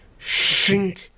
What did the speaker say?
shink